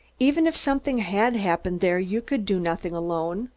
even if something had happened there you could do nothing alone.